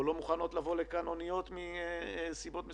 או לא מוכנות לבוא לכאן אוניות מסיבות מסוימות,